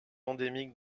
endémique